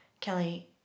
Kelly